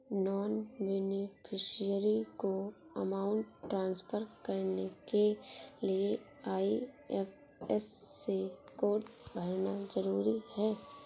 non beneficiary को amount transfer करने के लिए आई.एफ.एस.सी कोड भरना जरूरी है